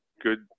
good